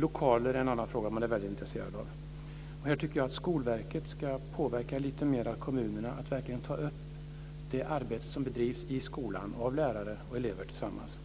Lokaler är en annan fråga som man är väldigt intresserad av. Här borde Skolverket påverka kommunerna att verkligen ta upp och diskutera det arbete som bedrivs i skolan av lärare och elever tillsammans.